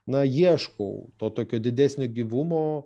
na ieškau to tokio didesnio gyvumo